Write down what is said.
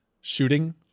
shooting